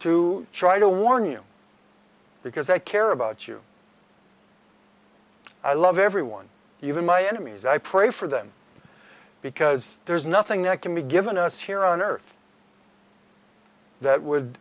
to try to warn you because i care about you i love everyone even my enemies i pray for them because there's nothing that can be given to us here on earth that would